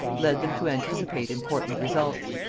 led them to anticipate important results.